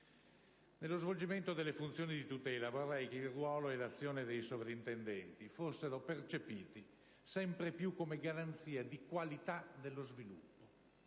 Nello svolgimento delle funzioni di tutela vorrei che il ruolo e l'azione dei soprintendenti fossero percepiti sempre più come garanzia di qualità dello sviluppo.